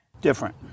Different